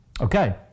Okay